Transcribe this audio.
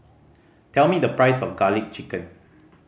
tell me the price of Garlic Chicken